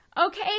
Okay